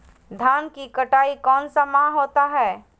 धान की कटाई कौन सा माह होता है?